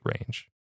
range